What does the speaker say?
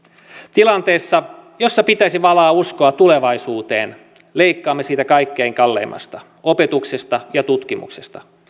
tilanteessa jossa pitäisi valaa uskoa tulevaisuuteen leikkaamme siitä kaikkein kalleimmasta opetuksesta ja tutkimuksesta